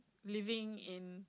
living in